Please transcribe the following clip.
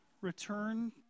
Return